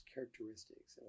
characteristics